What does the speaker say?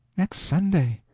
next sunday.